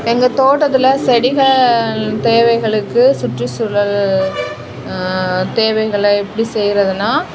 எங்கள் தோட்டத்தில் செடிகள் தேவைகளுக்கு சுற்றுச்சூழல் தேவைகளை எப்படி செய்கிறதுனா